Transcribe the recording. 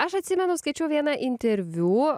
aš atsimenu skaičiau vieną interviu